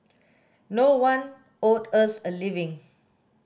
no one owed us a living